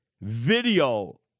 Video